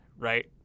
right